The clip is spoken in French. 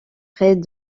près